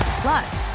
Plus